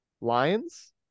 Lions